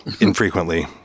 infrequently